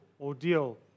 ordeal